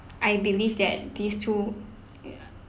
I believe that these two uh